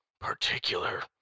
particular